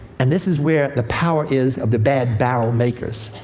and this is where the power is of the bad-barrel makers.